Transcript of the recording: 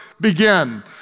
begin